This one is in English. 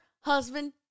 Husband